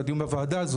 לדיון בוועדה הזו,